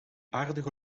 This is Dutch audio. aardige